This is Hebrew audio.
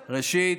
ראשית,